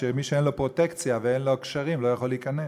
מי שאין לו פרוטקציה ואין לו קשרים לא יכול להיכנס.